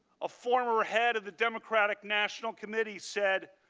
a former head of the democratic national committee said,